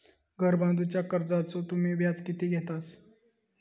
घर बांधूच्या कर्जाचो तुम्ही व्याज किती घेतास?